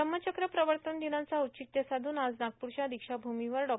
या धम्मचक्र प्रवर्तन दिनाचं औचित्य साधून आज नागपूरच्या दीक्षाभूमीवर डॉ